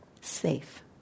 safe